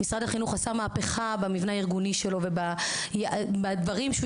משרד החינוך באמת עשה מהפכה במבנה הארגוני שלו ובדברים שהוא